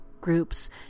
groups